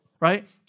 right